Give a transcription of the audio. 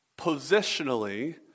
positionally